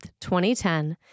2010